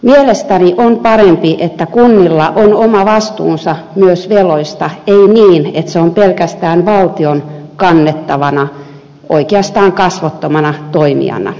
mielestäni on parempi että kunnilla on oma vastuunsa myös veloista ei niin että ne ovat pelkästään valtion kannettavana oikeastaan kasvottomana toimijana